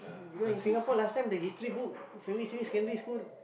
because in Singapore last time the History book primary secondary school